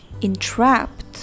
entrapped